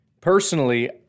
Personally